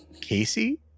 Casey